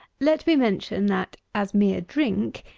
let me mention, that, as mere drink,